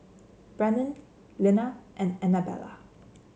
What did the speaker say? Brennon Lina and Anabella